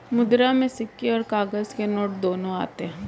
मुद्रा में सिक्के और काग़ज़ के नोट दोनों आते हैं